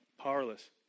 powerless